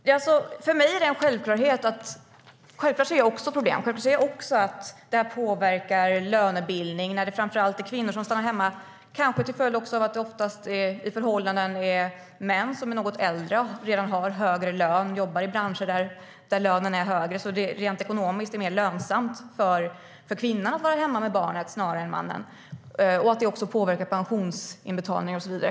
Fru talman! Självklart ser jag också problem. Jag ser att det påverkar lönebildning när det framför allt är kvinnor som stannar hemma. Kanske är det också en följd av att det oftast i förhållanden är männen som är något äldre och redan har nått högre lön, och de kanske jobbar i branscher där lönen är högre. Rent ekonomiskt är det då mer lönsamt att kvinnan är hemma med barnet snarare än mannen. Och det påverkar pensionsinbetalningar och så vidare.